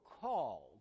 called